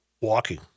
walking